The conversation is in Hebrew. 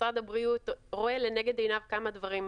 משרד הבריאות רואה לנגד עיניו כמה דברים,